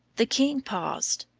the king paused.